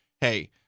hey